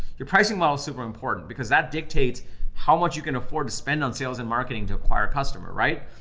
your pricing model is super important because that dictates how much you can afford to spend on sales and marketing to acquire a customer, right.